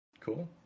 cool